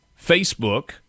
Facebook